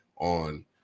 on